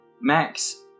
Max